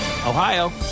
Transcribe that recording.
Ohio